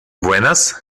buenas